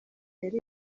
yari